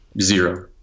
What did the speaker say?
Zero